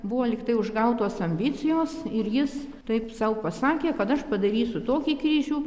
buvo lyg tai užgautos ambicijos ir jis taip sau pasakė kad aš padarysiu tokį kryžių